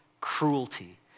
cruelty